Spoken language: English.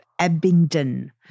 Abingdon